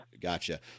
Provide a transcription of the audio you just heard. Gotcha